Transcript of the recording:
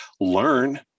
learn